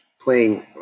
playing